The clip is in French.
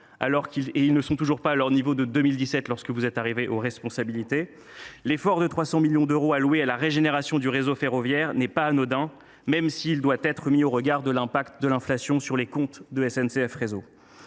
quoiqu’ils ne soient toujours pas à leur niveau de 2017, date à laquelle vous êtes arrivés aux responsabilités. L’effort de 300 millions d’euros consacré à la régénération du réseau ferroviaire n’est pas anodin, même s’il doit être mis en regard de l’impact de l’inflation sur les comptes de SNCF Réseau.